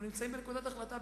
אנחנו נמצאים בנקודת החלטה,